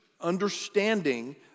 understanding